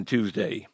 Tuesday